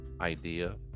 idea